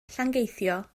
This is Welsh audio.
llangeitho